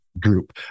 group